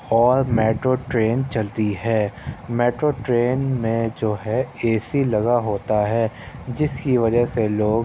اور metro train چلتی ہے میٹرو ٹرین میں جو ہے اے سی لگا ہوتا ہے جس کی وجہ سے لوگ